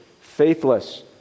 faithless